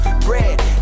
bread